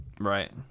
right